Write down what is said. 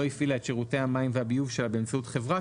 הפעילה את שירותי המים והביוב שלה באמצעות חברה,